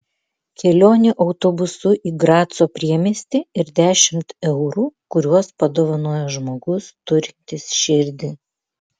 kelionė autobusu į graco priemiestį ir dešimt eurų kuriuos padovanojo žmogus turintis širdį